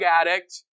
addict